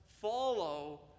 follow